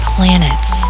Planets